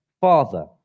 Father